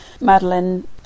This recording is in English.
Madeline